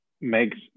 makes